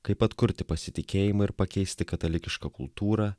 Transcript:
kaip atkurti pasitikėjimą ir pakeisti katalikišką kultūrą